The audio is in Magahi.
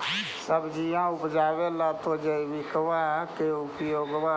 सब्जिया उपजाबे ला तो जैबिकबा के उपयोग्बा